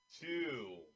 two